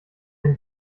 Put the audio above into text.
den